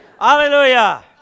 hallelujah